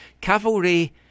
Cavalry